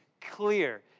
clear